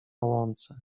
łące